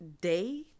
day